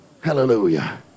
hallelujah